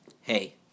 hey